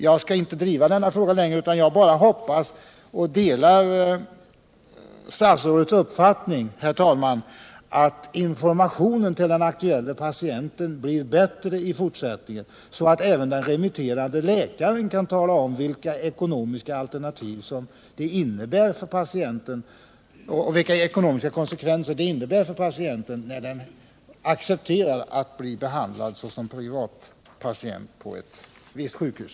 Jag skall inte driva denna fråga längre, utan jag bara hoppas, och delar statsrådets uppfattning, herr talman, att informationen till aktuella patienter blir bättre i fortsättningen, så att även den remitterande läkaren kan tala om vilka ekonomiska konsekvenser det innebär att acceptera att bli behandlad som privatpatient på ett visst sjukhus.